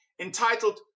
Entitled